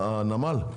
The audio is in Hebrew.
הנמל?